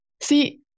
see